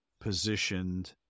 positioned